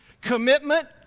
Commitment